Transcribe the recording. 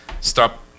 Stop